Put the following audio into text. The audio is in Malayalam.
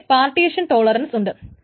ഇവിടെ പാർട്ടീഷൻ ടോളറൻസ് ഉണ്ട്